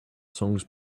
songs